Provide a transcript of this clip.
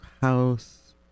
House